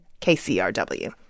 KCRW